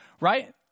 Right